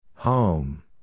Home